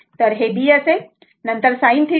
तर ते B असेल नंतर sin θ